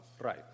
right